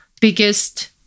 biggest